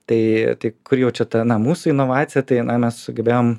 tai tai kur jau čia ta na mūsų inovacija tai na mes sugebėjom